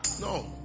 no